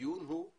הדיון הוא על